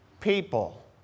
people